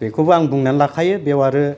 बेखौबो आं बुंनानै लाखायो बेयाव आरो